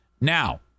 Now